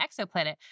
exoplanet